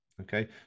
okay